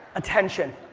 attention.